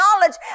knowledge